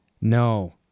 No